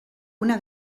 una